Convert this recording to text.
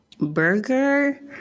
Burger